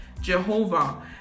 Jehovah